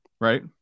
right